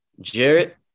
Jarrett